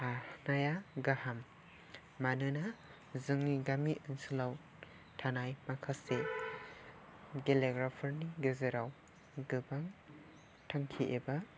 थानाया गाहाम मानोना जोंनि गामि ओनसोलाव थानाय माखासे गेलेग्राफोरनि गेजेराव गोबां थांखि एबा